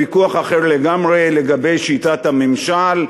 לוויכוח אחר לגמרי לגבי שיטת הממשל,